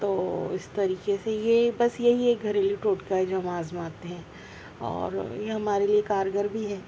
تو اس طریقے سے یہ بس یہی ہے ایک گھریلو ٹوٹکہ ہے جو ہم آزماتے ہیں اور یہ ہمارے لیے کارگر بھی ہے